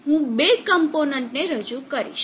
હવે અહીં હું બે કમ્પોનન્ટ ને રજૂ કરીશ